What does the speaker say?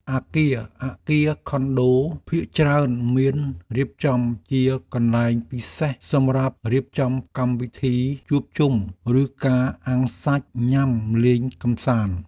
អគារខុនដូភាគច្រើនមានរៀបចំជាកន្លែងពិសេសសម្រាប់រៀបចំកម្មវិធីជួបជុំ ឬការអាំងសាច់ញ៉ាំលេងកម្សាន្ត។